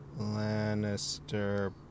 Lannister